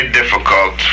difficult